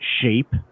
shape